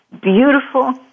beautiful